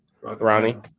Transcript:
Ronnie